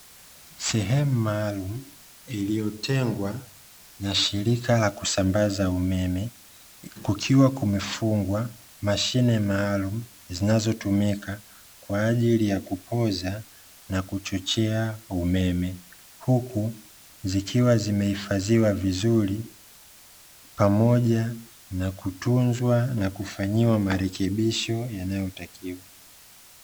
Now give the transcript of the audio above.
Sehemu maalumu iliyotengwa na shirika la kusambaza umeme, kukiwa kumefungwa mashine maalumu zinazotumika kwa ajili ya kupoza na kuchochea umeme, huku zikiwa zimehifadhiwa vizuri, pamoja na kutunzwa na kufanyiwa marekebisho yanayotakiwa.